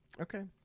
Okay